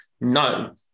no